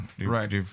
Right